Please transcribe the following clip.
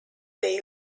they